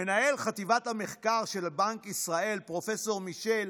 מנהל חטיבת המחקר של בנק ישראל, פרופ' מישל,